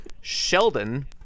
Sheldon